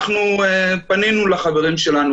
אנחנו פנינו לחברים שלנו,